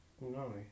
No